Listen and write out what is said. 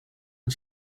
and